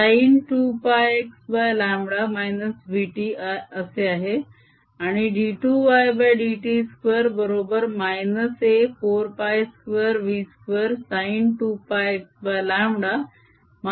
आणि d 2 y dt2 बरोबर -A4π2ν2 sin 2πxλ vt होय